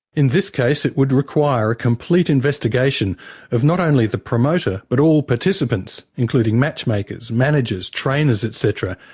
in this case it would require a complete investigation of not only the promoter but all participants, including match makers, managers, trainers et cetera,